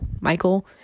Michael